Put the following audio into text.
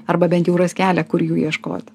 arba bent jau ras kelią kur jų ieškot